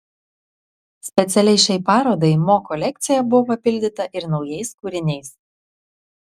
specialiai šiai parodai mo kolekcija buvo papildyta ir naujais kūriniais